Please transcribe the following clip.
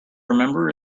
remember